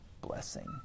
blessing